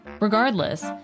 Regardless